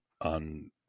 on